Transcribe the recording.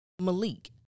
Malik